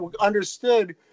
understood